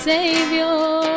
Savior